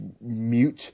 mute